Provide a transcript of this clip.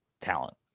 talent